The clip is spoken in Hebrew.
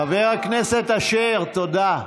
חבר הכנסת אשר, תודה.